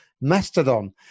Mastodon